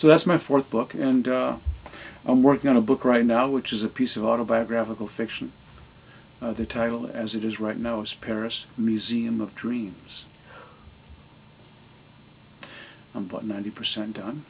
so that's my fourth book and i'm working on a book right now which is a piece of autobiographical fiction the title as it is right now is paris museum of dreams but many percent don